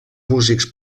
músics